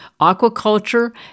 aquaculture